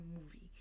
movie